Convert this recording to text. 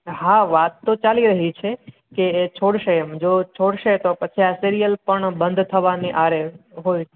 હા વાત તો ચાલી રહી છે કે એ છોડશે એમ જો છોડશે તો પછી આ સિરિયલ પણ બંધ થવાની આરે હોય